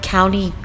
County